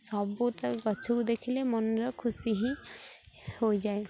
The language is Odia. ସବୁ ତ ଗଛକୁ ଦେଖିଲେ ମନର ଖୁସି ହିଁ ହୋଇଯାଏ